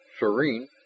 serene